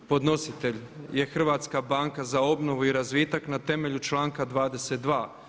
Podnositelj je Hrvatska banka za obnovu i razvitak na temelju članka 22.